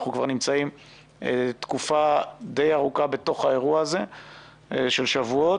אנחנו כבר נמצאים תקופה די ארוכה בתוך האירוע הזה של שבועות,